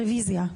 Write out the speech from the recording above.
רביזיה.